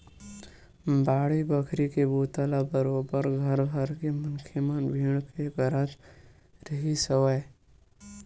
बाड़ी बखरी के बूता ल बरोबर घर भरके मनखे मन भीड़ के करत रिहिस हवय